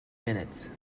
minutes